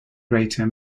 greater